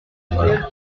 figuier